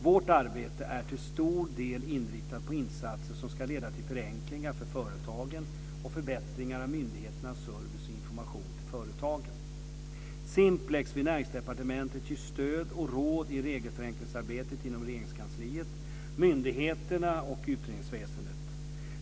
Vårt arbete är till stor del inriktat på insatser som ska leda till förenklingar för företagen och förbättringar av myndigheternas service och information till företagare. Simplex vid Näringsdepartementet ger stöd och råd i regelförenklingsarbetet inom Regeringskansliet, myndigheterna och utredningsväsendet.